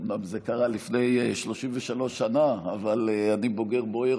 אומנם זה קרה לפני 33 שנה, אבל אני בוגר בויאר.